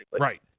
Right